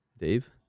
dave